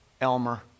Elmer